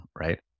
right